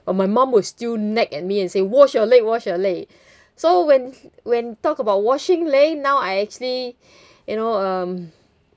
my mum was still nag at me and say wash your leg wash your leg so when when talk about washing leg now I actually you know um